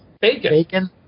Bacon